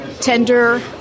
tender